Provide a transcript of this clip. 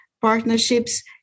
partnerships